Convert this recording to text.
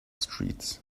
street